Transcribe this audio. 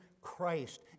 Christ